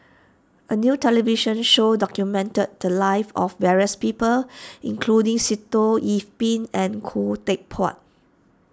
a new television show documented the lives of various people including Sitoh Yih Pin and Khoo Teck Puat